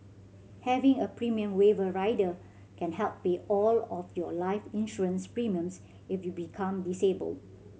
having a premium waiver rider can help pay all of your life insurance premiums if you become disabled